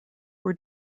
were